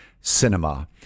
cinema